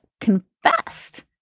confessed